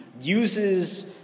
uses